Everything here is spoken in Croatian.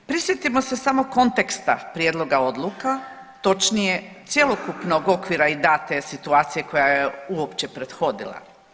Prisjetimo se samo konteksta prijedloga odluka, točnije cjelokupnog okvira i date situacije koja je uopće prethodila.